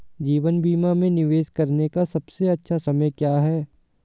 जीवन बीमा में निवेश करने का सबसे अच्छा समय क्या है?